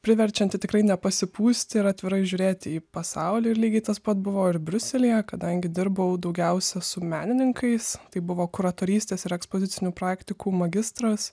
priverčianti tikrai nepasipūsti ir atvirai žiūrėti į pasaulį ir lygiai tas pat buvo ir briuselyje kadangi dirbau daugiausia su menininkais tai buvo kuratorystės ir ekspozicinių praktikų magistras